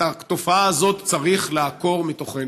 את התופעה הזאת צריך לעקור מתוכנו.